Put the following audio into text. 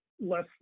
Less